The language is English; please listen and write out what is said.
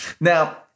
Now